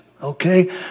Okay